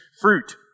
fruit